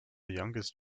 youngest